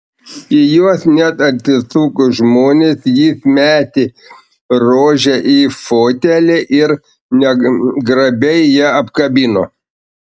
į juos net atsisuko žmonės jis metė rožę į fotelį ir negrabiai ją apkabino